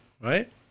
right